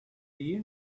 you